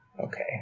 Okay